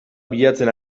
bilatzen